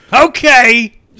Okay